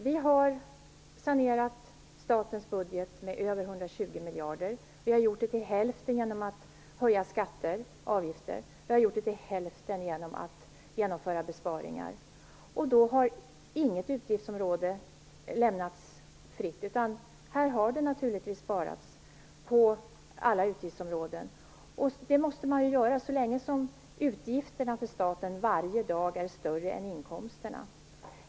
Vi har sanerat statens budget med över 120 miljarder. Vi har gjort det till hälften genom att höja skatter och avgifter och till hälften genom att genomföra besparingar. Då har inget utgiftsområde lämnats i fred, utan det har sparats på alla utgiftsområden. Det måste man göra så länge som utgifterna för staten varje dag är större än inkomsterna.